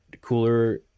cooler